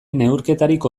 neurketarik